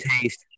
taste